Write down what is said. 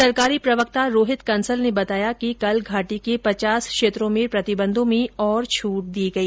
सरकारी प्रवक्ता रोहित कंसल ने बताया कि कल घाटी के पचास क्षेत्रों में प्रतिबंधों में और छूट दी गई